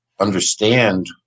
understand